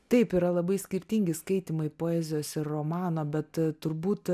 taip yra labai skirtingi skaitymai poezijos ir romano bet turbūt